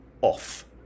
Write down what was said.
off